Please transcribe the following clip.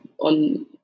on